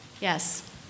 Yes